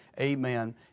Amen